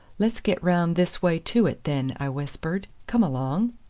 let's get round this way to it then, i whispered. come along.